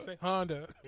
Honda